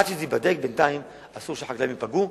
עד שזה ייבדק, בינתיים, אסור שהחקלאים ייפגעו.